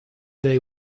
they